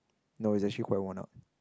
no it's actually quite worn out